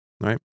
right